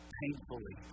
painfully